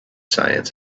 science